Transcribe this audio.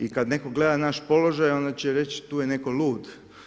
I kada netko gleda naš položaj, onda će netko reći tu je netko lud.